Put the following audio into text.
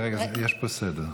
יש פה סדר,